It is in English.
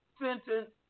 sentence